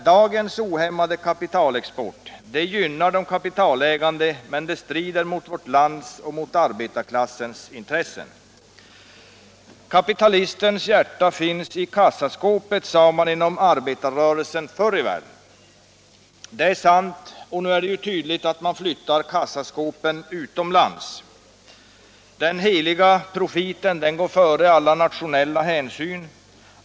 Dagens ohämmade kapitalexport gynnar de kapitalägande, men den strider mot vårt lands och arbetarklassens intressen. Kapitalistens hjärta finns i kassaskåpet, sade man inom arbetarrörelsen förr i världen. Det är sant, och nu är det ju tydligt att man flyttar kassaskåpen utomlands. Den heliga profiten går före alla nationella hänsyn.